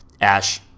Ash